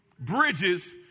Bridges